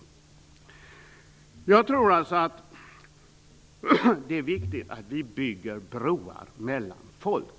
Jag tror alltså att det är viktigt att vi bygger broar mellan folk.